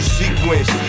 sequence